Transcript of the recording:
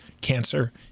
cancer